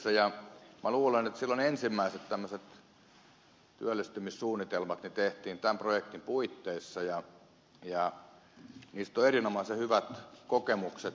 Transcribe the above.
minä luulen että silloin ensimmäiset tämmöiset työllistymissuunnitelmat tehtiin tämän projektin puitteissa ja niistä on erinomaiset hyvät kokemukset